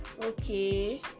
okay